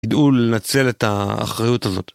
ידעו לנצל את האחריות הזאת.